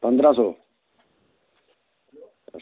पंदरां सौ